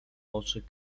oczy